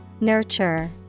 Nurture